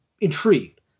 intrigued